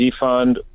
defund